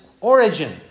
origin